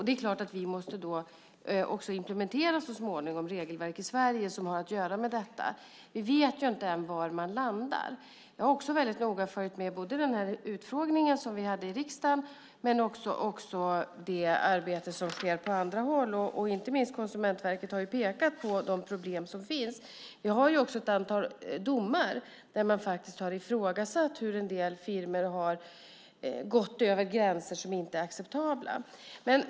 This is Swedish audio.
Det är klart att vi så småningom också måste implementera regelverk i Sverige som har att göra med detta. Vi vet inte än var man landar. Jag har också väldigt noga följt både utfrågningen i riksdagen och det arbete som sker på andra håll. Inte minst Konsumentverket har ju pekat på de problem som finns. Vi har också ett antal domar där man faktiskt har ifrågasatt hur en del firmor har gått över gränser på ett sätt som inte är acceptabelt.